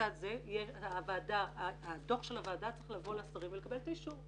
לצד זה הדוח של הוועדה צריך לבוא לשרים ולקבל את האישור.